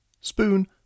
Spoon